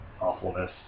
awfulness